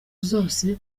zose